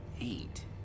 Eight